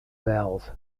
vowels